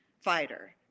fighter